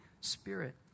Spirit